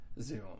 zoom